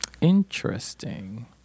interesting